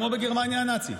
כמו בגרמניה הנאצית,